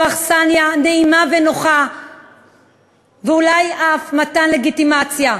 אכסניה נעימה ונוחה ואולי אף מתן לגיטימציה.